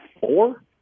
four